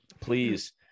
Please